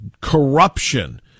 corruption